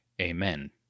Amen